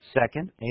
Second